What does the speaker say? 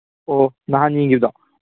ꯑꯣ ꯅꯍꯥꯟꯒꯤꯗꯣ